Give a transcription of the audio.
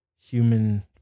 human